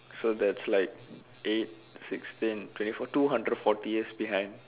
so that's like eight sixteen twenty four two hundred forty years behind